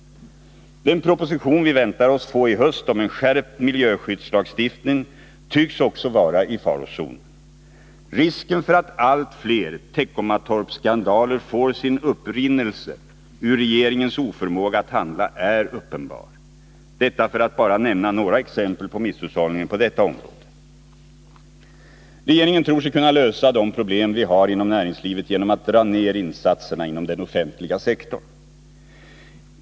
Den proposition om en skärpt miljöskyddslagstiftning som vi väntar oss att få i höst tycks också vara i farozonen. Risken för att allt fler Teckomatorpskandaler får sin upprinnelse i regeringens oförmåga att handla är uppenbar. Jag har velat anföra detta för att nämna bara några exempel på misshushållningen på detta område. Regeringen tror sig kunna lösa de problem vi har inom näringslivet genom att dra ner insatserna på den offentliga sektorn.